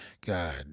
God